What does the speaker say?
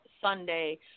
sunday